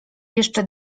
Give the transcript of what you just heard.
jeszcze